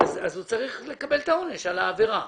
- הוא צריך לקבל את העונש בגין העבירה.